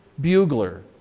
bugler